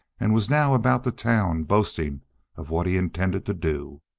and was now about the town boasting of what he intended to do.